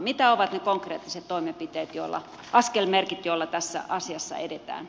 mitä ovat ne konkreettiset toimenpiteet askelmerkit joilla tässä asiassa edetään